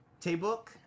Taybook